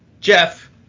Jeff